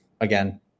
again